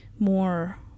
more